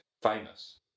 famous